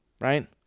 right